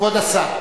כבוד השר.